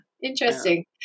Interesting